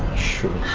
sure.